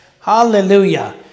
Hallelujah